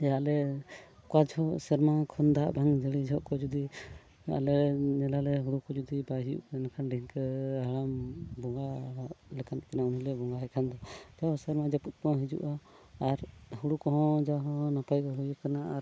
ᱡᱮ ᱟᱞᱮ ᱚᱠᱟ ᱡᱚᱦᱚᱜ ᱥᱮᱨᱢᱟ ᱠᱷᱚᱱ ᱫᱟᱜ ᱵᱟᱝ ᱡᱟᱹᱲᱤ ᱡᱚᱦᱚᱜ ᱠᱚ ᱡᱩᱫᱤ ᱟᱞᱮ ᱧᱮᱞᱟᱞᱮ ᱦᱩᱲᱩ ᱠᱚ ᱡᱩᱫᱤ ᱵᱟᱭ ᱦᱩᱭᱩᱜ ᱠᱟᱱ ᱠᱷᱟᱱ ᱰᱷᱤᱝᱠᱟᱹ ᱦᱟᱲᱟᱢ ᱵᱚᱸᱜᱟ ᱞᱮᱠᱟᱱ ᱢᱟᱱᱮ ᱩᱱᱤ ᱞᱮ ᱵᱚᱸᱜᱟ ᱟᱭ ᱠᱷᱟᱱ ᱫᱚ ᱟᱫᱚ ᱥᱮᱨᱢᱟ ᱡᱟᱹᱯᱩᱫ ᱠᱚᱦᱚᱸ ᱦᱤᱡᱩᱜᱼᱟ ᱟᱨ ᱦᱩᱲᱩ ᱠᱚᱦᱚᱸ ᱡᱟ ᱦᱚᱸ ᱱᱟᱯᱟᱭ ᱜᱮ ᱦᱩᱭ ᱟᱠᱟᱱᱟ ᱟᱨ